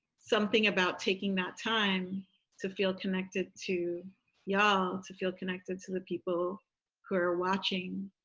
something about taking that time to feel connected to y'all, to feel connected to the people who are watching,